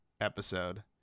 episode